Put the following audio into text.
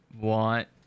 want